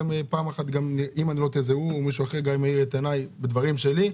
פעם אחת אם אני לא טועה זה הוא האיר את עיניי בדברים שלי,